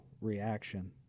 reaction